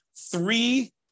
three